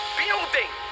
building